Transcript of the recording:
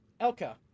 Elka